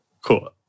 Cool